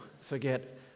forget